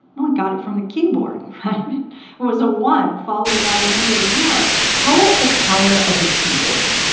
well, it got it from the keyboard, right? it was a one followed by a number of zeros call it the power of the keyboard.